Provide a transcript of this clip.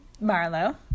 Marlow